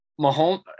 Mahomes